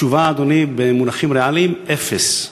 התשובה, אדוני, במונחים ריאליים: אפס.